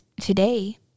today